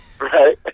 Right